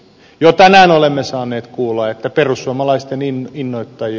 jo tänään olemme saaneet kuulla että perussuomalaistenin hinnan tai